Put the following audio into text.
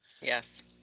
Yes